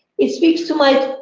it speaks to my